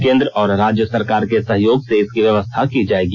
केन्द्र और राज्य सरकार के सहयोग से इसकी व्यवस्था की जायेगी